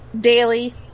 Daily